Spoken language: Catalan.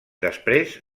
després